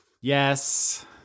Yes